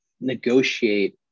negotiate